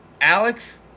Alex